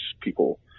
people